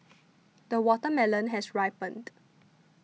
the watermelon has ripened